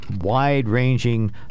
wide-ranging